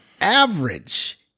average